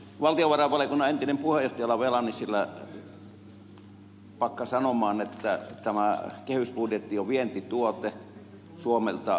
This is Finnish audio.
valtiovarainvaliokunnan entinen puheenjohtaja olavi ala nissilä pakkasi sanomaan että tämä kehysbudjetti on vientituote suomelta maailmalle